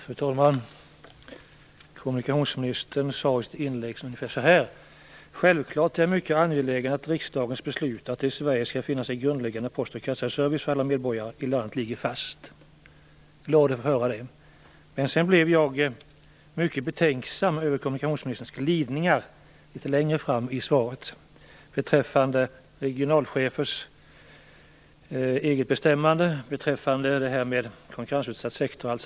Fru talman! Kommunikationsministern sade ungefär så här i sitt inlägg: Självklart är jag mycket angelägen att riksdagens beslut om att det i Sverige skall finnas en grundläggande post och kassaservice för alla medborgare ligger fast. Jag blev glad över att höra det. Men sedan blev jag mycket betänksam över kommunikationsministerns glidningar litet längre fram i svaret beträffande regionalchefers egenbestämmande och det här med konkurrensutsatt sektor.